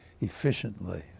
efficiently